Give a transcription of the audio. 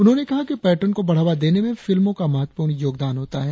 उन्होंने कहा कि पर्यटन को बढ़ावा देने में फिल्मों का महत्वपूर्ण योगदान होता है